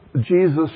Jesus